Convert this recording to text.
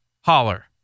Holler